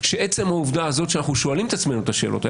עצם העובדה הזאת שאנחנו שואלים את עצמנו את השאלות האלה